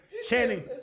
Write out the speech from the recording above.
Channing